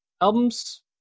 Albums